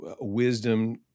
wisdom